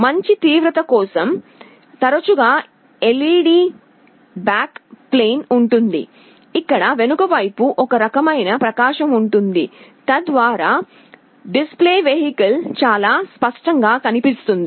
మంచి తీవ్రత కోసం తరచుగా ఎల్ఈడీ బ్యాక్ప్లేన్ ఉంటుంది ఇక్కడ వెనుక వైపు ఒక రకమైన ప్రకాశం ఉంటుంది తద్వారా డిస్ప్లే వెహికల్ చాలా స్పష్టంగా కనిపిస్తుంది